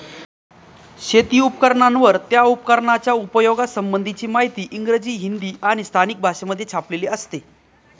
शेती उपकरणांवर, त्या उपकरणाच्या उपयोगा संबंधीची माहिती इंग्रजी, हिंदी आणि स्थानिक भाषेमध्ये छापलेली असते